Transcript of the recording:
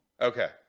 okay